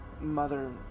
Mother